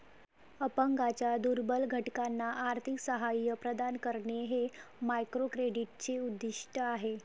अपंगांच्या दुर्बल घटकांना आर्थिक सहाय्य प्रदान करणे हे मायक्रोक्रेडिटचे उद्दिष्ट आहे